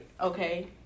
Okay